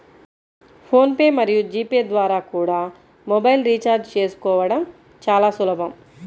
phone pay మరియు G Pay ద్వారా కూడా మొబైల్ రీఛార్జి చేసుకోవడం చాలా సులభం